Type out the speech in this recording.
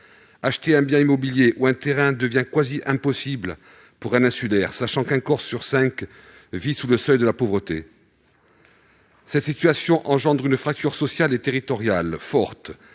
Acheter un bien immobilier ou un terrain devient pratiquement impossible pour un insulaire, sachant qu'un Corse sur cinq vit sous le seuil de pauvreté. Cette situation crée une fracture sociale et territoriale forte,